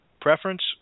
preference